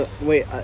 wait